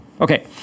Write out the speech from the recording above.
Okay